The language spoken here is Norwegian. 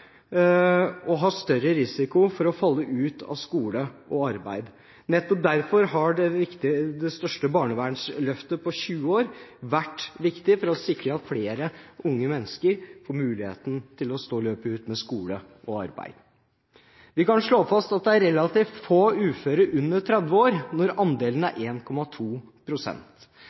større risiko for å falle ut av skole og arbeid. Nettopp derfor har det største barnevernsløftet på 20 år vært viktig for å sikre at flere unge mennesker får muligheten til å stå løpet ut med skole og arbeid. Vi kan slå fast at det er relativt få uføre under 30 år når andelen er 1,2 pst. Det er en